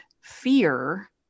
fear